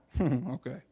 okay